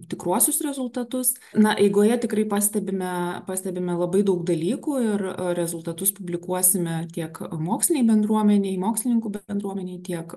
tikruosius rezultatus na eigoje tikrai pastebime pastebime labai daug dalykų ir rezultatus publikuosime tiek mokslinei bendruomenei mokslininkų bendruomenei tiek